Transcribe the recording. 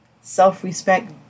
Self-respect